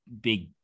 big